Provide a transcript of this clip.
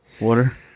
Water